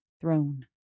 throne